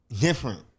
different